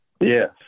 Yes